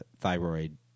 thyroid